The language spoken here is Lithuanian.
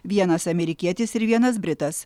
vienas amerikietis ir vienas britas